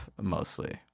mostly